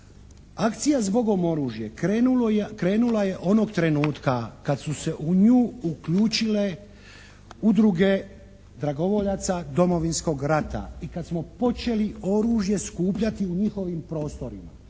Akcija "Zbogom oružja" krenula je onog trenutka kad su se u nju uključile udruge dragovoljaca Domovinskog rata i kad smo počeli oružje skupljati u njihovim prostorima.